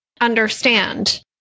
understand